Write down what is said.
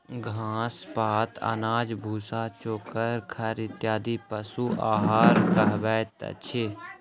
घास, पात, अनाज, भुस्सा, चोकर, खड़ इत्यादि पशु आहार कहबैत अछि